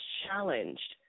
challenged